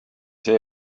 see